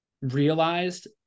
realized